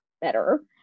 better